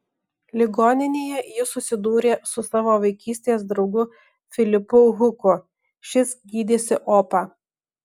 ligoninėje jis susidūrė su savo vaikystės draugu filipu huku šis gydėsi opą